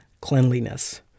cleanliness